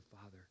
Father